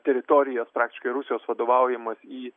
teritorijas praktiškai rusijos vadovaujamas į